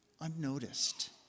unnoticed